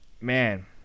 man